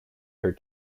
her